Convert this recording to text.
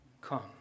Come